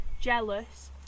jealous